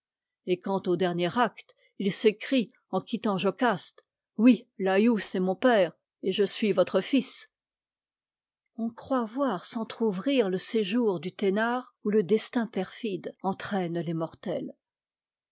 et quand au dernier acte il s'écrie en quittant jocaste oui laïus est mon père et je suis votre fils on croit voir s'entr'ouvrir le séjour duténare où le destin perfide entraîne les mortels